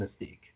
mystique